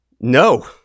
No